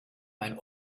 ein